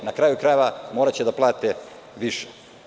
Na kraju krajeva, moraće da plate više.